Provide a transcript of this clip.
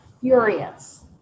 furious